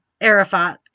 Arafat